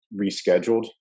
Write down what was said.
rescheduled